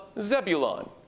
Zebulon